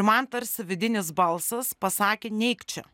man tarsi vidinis balsas pasakė neik čia